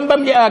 גם במליאה,